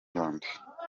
rwanda